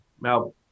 Now